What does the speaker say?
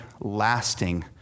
lasting